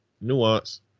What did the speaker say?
Nuance